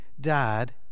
died